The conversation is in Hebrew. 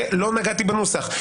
לא נגעתי בנוסח.